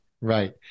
right